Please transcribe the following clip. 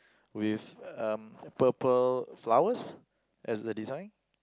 with um purple flowers as the design